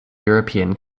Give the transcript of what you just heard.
european